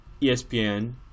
ESPN